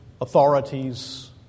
authorities